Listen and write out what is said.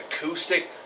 acoustic